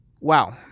Wow